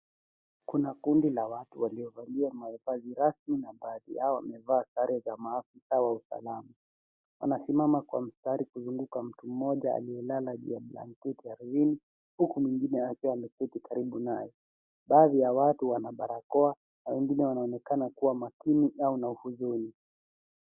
Kuna kundi la watu walivalia mavazi rasmi na baadhi yao wamevaa sare za maafisa wa usalama wanasimama kwa mstari kuzunguka mtu mmoja aliyelala juu ya blanketi ardhini huku mwingine akiwa ameketi karibu naye baadhi ya watu wana barakoa na wengine wanaonekana kuwa makini au na uhuzuni